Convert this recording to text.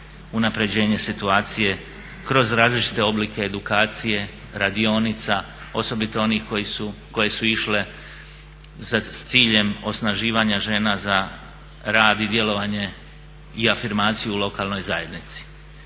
unapređenje situacije kroz različite oblike edukacije, radionica osobito onih koje su išle za ciljem osnaživanjem žena za rad i djelovanje i afirmaciju u lokalnoj zajednici.